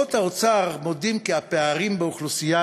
בדוחות האוצר מודים כי הפערים באוכלוסייה